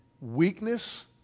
weakness